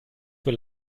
für